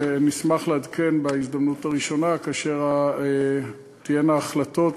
ונשמח לעדכן בהזדמנות הראשונה כאשר תהיינה החלטות,